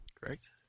Correct